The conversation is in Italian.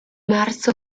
marzo